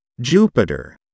Jupiter